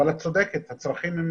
מה זאת אומרת דרך